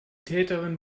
täterin